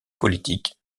politique